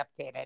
updated